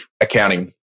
accounting